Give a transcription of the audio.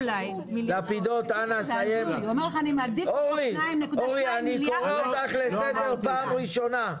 אורלי, אני קורא אותך לסדר פעם ראשונה.